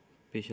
ਪਿੱਛਲਾ